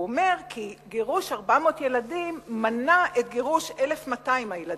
הוא אומר כי גירוש 400 הילדים מנע את גירוש 1,200 הילדים.